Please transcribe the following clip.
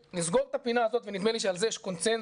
נסגור את הפינה הזאת ונדמה לי שעל זה יש קונצנזוס,